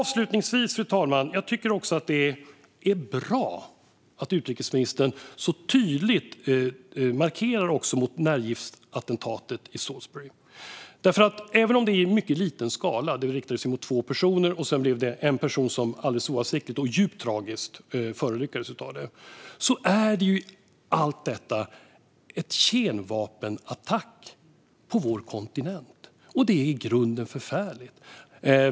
Avslutningsvis tycker jag att det är bra att utrikesministern tydligt markerar mot nervgiftsattentatet i Salisbury. Det riktades mot två personer, och alldeles oavsiktligt och djupt tragiskt förolyckades en person. Men även om det var i mycket liten skala är det en kemvapenattack på vår kontinent. Det är i grunden förfärligt.